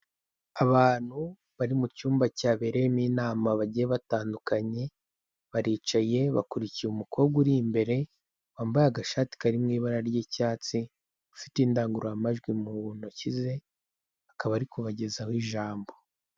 Abantu bari mu cyumba cyabereyemo inama bagiye batandukanye, baricaye bakurikiye umukobwa uri imbere, wambaye agashati kari mu ibara ry'icyatsi, ufite indangururamajwi mu ntoki ze, akaba ari kubagezaho ijambo.